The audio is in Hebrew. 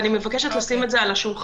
אני מבקשת לשים את זה על השולחן.